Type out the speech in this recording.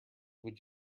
would